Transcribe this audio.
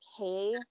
okay